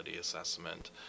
assessment